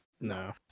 No